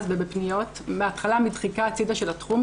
ובפניות בהתחלה בדחיקה הצידה של התחום,